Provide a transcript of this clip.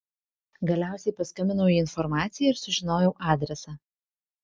galiausiai paskambinau į informaciją ir sužinojau adresą